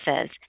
says